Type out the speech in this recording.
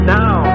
now